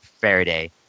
Faraday